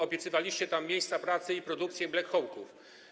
Obiecywaliście tam miejsca pracy i produkcję black hawków.